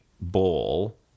ball